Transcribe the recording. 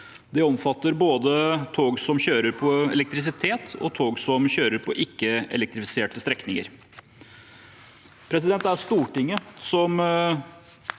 Dette omfatter både tog som kjører på elektrisitet, og tog som kjører på ikke-elektrifiserte strekninger. Det er Stortinget som